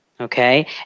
Okay